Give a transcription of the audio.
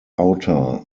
outer